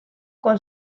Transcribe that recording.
con